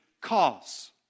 cause